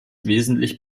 wesentlich